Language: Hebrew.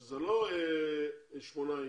אלה לא שמונה אנשים.